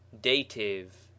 Dative